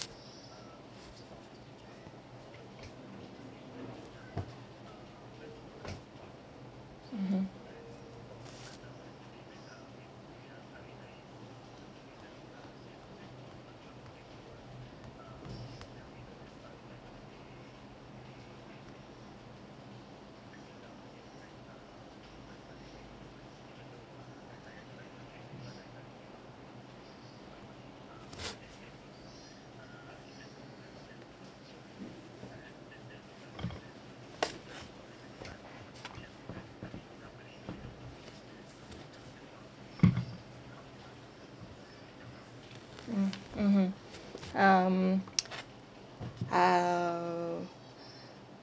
mmhmm mm mmhmm um uh